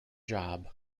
job